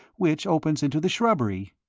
which opens into the shrubbery.